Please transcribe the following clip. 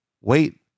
wait